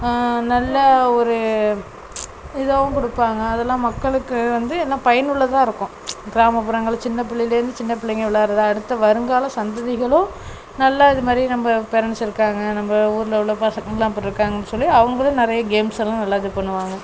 நல்ல ஒரு இதாகவும் கொடுப்பாங்க அதெல்லாம் மக்களுக்கு வந்து என்ன பயனுள்ளதாக இருக்கும் கிராமப்புறங்கள் சின்ன பிள்ளையிலருந்து சின்ன பிள்ளைங்க விளாடுறது அடுத்த வருங்கால சந்ததிகளும் நல்லா இதுமாதிரி நம்ப பேரெண்ட்ஸ் இருக்காங்க நம்ப ஊரில் உள்ள பசங்க எல்லாம் இப்படி இருக்காங்கன்னு சொல்லி அவங்களும் நிறையா கேம்ஸ் எல்லாம் நல்லா இது பண்ணுவாங்க